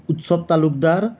উৎসৱ তালুকদাৰ